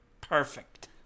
Perfect